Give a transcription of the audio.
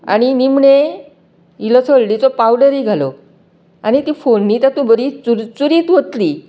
आनी निमणें इल्लोसो हळडीचो पावडरय घालो आनी ती फोण्णी तातूंत बरी चुरचुरीत वतली